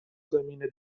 زمین